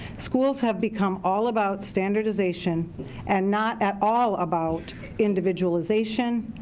schools have become all about standardization and not at all about individualization,